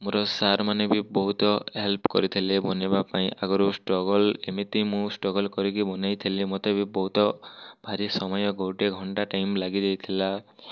ମୋର ସାର୍ମାନେ ବି ବହୁତ ହେଲ୍ପ କରିଥିଲେ ବନେଇବା ପାଇଁ ଆଗରୁ ଷ୍ଟ୍ରଗଲ୍ ଏମିତି ମୁଁ ଷ୍ଟ୍ରଗଲ୍ କରି କି ବନେଇ ଥିଲି ତେବେ ବହୁତ ଭାରି ସମୟ ଗୋଟେ ଘଣ୍ଟା ଟାଇମ୍ ଲାଗି ଯାଇଥିଲା